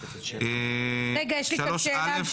התש"ע-2009.